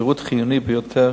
כשירות חיוני ביותר